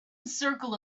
circle